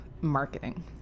marketing